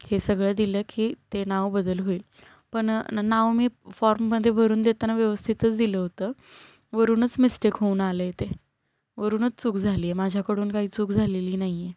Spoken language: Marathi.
हे सगळं दिलं की ते नाव बदल होईल पण नाव मी फॉर्ममध्ये भरून देताना व्यवस्थितच दिलं होतं वरूनच मिस्टेक होऊन आलं आहे ते वरूनच चूक झाली आहे माझ्याकडून काही चूक झालेली नाही आहे